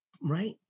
right